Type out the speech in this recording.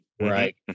Right